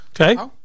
Okay